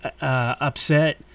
upset